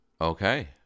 okay